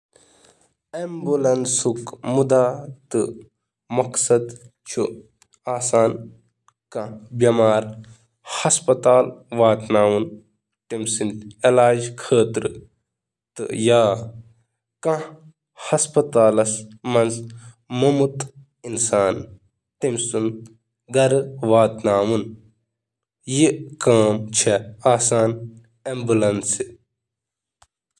ایمبولینسُک مقصد چھُ ہسپتالَس منٛز نِنہٕ والٮ۪ن مریضَن ہُنٛد مدد کرُن تہٕ لاشہِ نِنَس منٛز تہِ مدد کرُن۔